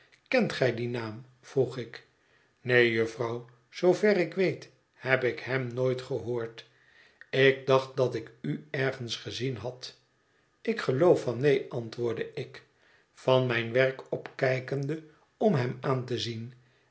kent gij dien naam vroeg ik neen jufvrouw zoover ik weet heb ik hem nooit gehoord ik dacht dat ik u ergens gezien had ik geloof van neen antwoordde ik van mijn werk opkijkende om hem aan te zien